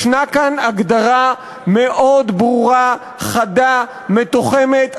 ישנה כאן הגדרה מאוד ברורה, חדה, מתוחמת.